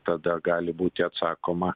tada gali būti atsakoma